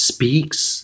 Speaks